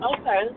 Okay